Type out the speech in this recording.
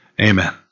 Amen